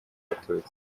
abatutsi